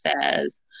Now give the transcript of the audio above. says